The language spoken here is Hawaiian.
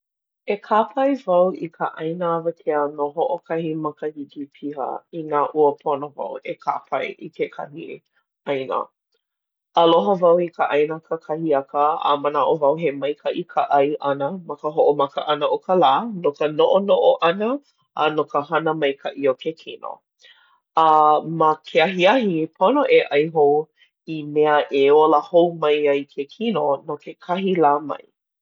E kāpae wau i ka ʻaina awakea no hoʻokahi makahiki piha inā ua pono wau e kāpae i kekahi ʻaina. Aloha wau i ka ʻaina kakahiaka a manaʻo wau he maikaʻi ka ʻai ʻana ma ka hoʻomaka ʻana o ka lā no ka noʻonoʻo ʻana a no ka hana maikaʻi o ke kino. Ma ke ahiahi, pono e ʻai hou i mea e ola hou mai ai ke kino no kekahi lā mai.